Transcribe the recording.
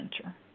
center